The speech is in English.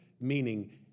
meaning